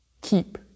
keep